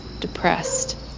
depressed